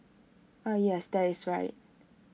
ah yes that is right